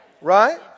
Right